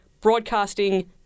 broadcasting